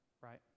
right